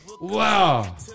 Wow